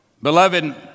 Beloved